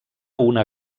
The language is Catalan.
una